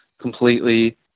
completely